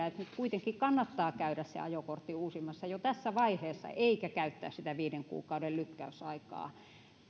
että nyt kuitenkin kannattaa käydä se ajokortti uusimassa jo tässä vaiheessa eikä käyttää sitä viiden kuukauden lykkäysaikaa